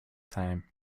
time